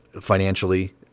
financially